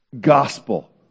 gospel